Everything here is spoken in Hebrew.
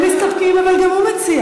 הם מסתפקים, אבל גם הוא מציע.